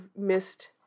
missed